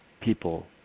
people